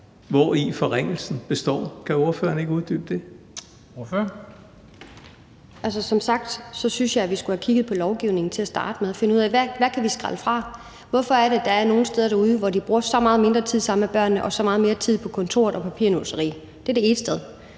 Ordføreren. Kl. 17:48 Marlene Ambo-Rasmussen (V): Altså, som sagt synes jeg, at vi skulle have kigget på lovgivningen til at starte med for at finde ud af, hvad vi kan skrælle fra. Hvorfor er det, at der er nogle steder derude, hvor de bruger så meget mindre tid sammen med børnene og så meget mere tid på kontoret og på papirnusseri. Det er det ene sted.